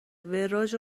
وراج